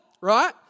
right